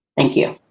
thank you.